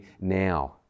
now